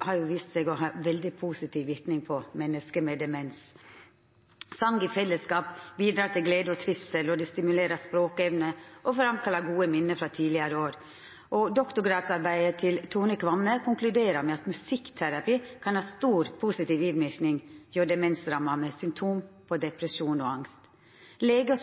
har vist seg å ha ein veldig positiv verknad på menneske med demens. Song i fellesskap bidreg til glede og trivsel, og det stimulerer språkevne og forankrar gode minne frå tidlegare år. Doktorgradsarbeidet til Tone Kvamme konkluderer med at musikkterapi kan ha stor positiv innverknad hjå demensramma med symptom på depresjon og angst. Lege